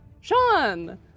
Sean